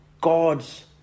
God's